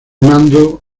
mando